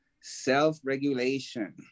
self-regulation